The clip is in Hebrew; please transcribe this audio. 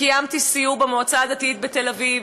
קיימתי סיור במועצה הדתית בתל-אביב,